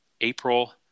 April